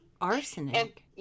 Arsenic